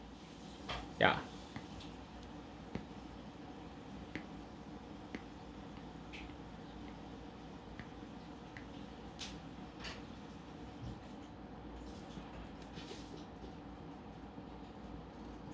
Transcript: ya